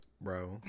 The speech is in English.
Bro